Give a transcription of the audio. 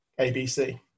ABC